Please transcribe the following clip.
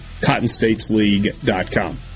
cottonstatesleague.com